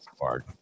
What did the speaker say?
hard